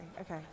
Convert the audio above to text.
Okay